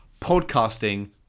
podcasting